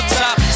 top